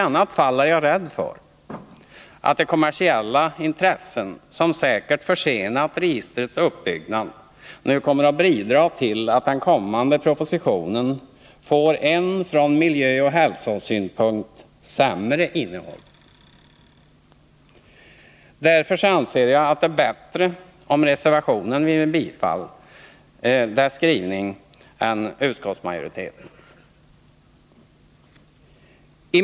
Jag är rädd för att i annat fall de kommersiella intressen som säkerligen försenat registrets uppbyggnad nu kommer att bidra till att den kommande propositionen får ett från miljöoch hälsosynpunkt sämre innehåll. Därför anser jag att det är bättre om reservanternas skrivning vinner bifall än den skrivning som utskottsmajoriteten förordar.